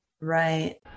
Right